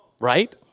right